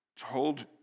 told